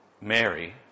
Mary